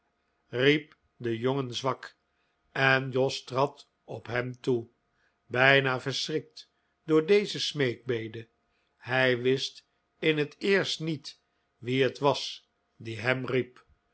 riep de jongen zwak en jos trad op hem toe bijna verschrikt door deze smeekbede hij wist in het eerst niet wie het was die hem riep